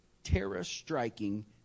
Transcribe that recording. terror-striking